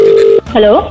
Hello